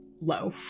low